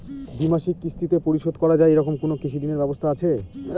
দ্বিমাসিক কিস্তিতে পরিশোধ করা য়ায় এরকম কোনো কৃষি ঋণের ব্যবস্থা আছে?